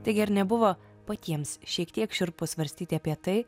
taigi ar nebuvo patiems šiek tiek šiurpu svarstyti apie tai